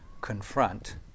confront